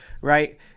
right